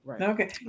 Okay